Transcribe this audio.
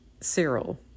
Cyril